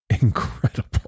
incredible